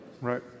Right